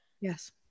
Yes